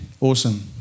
Awesome